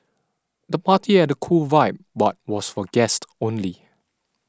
the party had a cool vibe but was for guests only